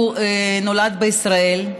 הוא נולד בישראל.